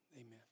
amen